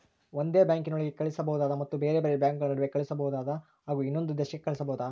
ಒಂದೇ ಬ್ಯಾಂಕಿನೊಳಗೆ ಕಳಿಸಬಹುದಾ ಮತ್ತು ಬೇರೆ ಬೇರೆ ಬ್ಯಾಂಕುಗಳ ನಡುವೆ ಕಳಿಸಬಹುದಾ ಹಾಗೂ ಇನ್ನೊಂದು ದೇಶಕ್ಕೆ ಕಳಿಸಬಹುದಾ?